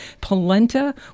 Polenta